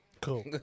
Cool